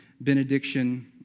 benediction